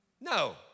No